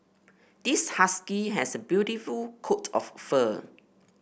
this husky has a beautiful coat of fur